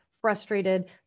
frustrated